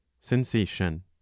sensation